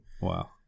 Wow